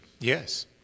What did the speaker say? Yes